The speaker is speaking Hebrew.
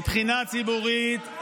זאת הצעה פרסונלית.